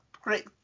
Great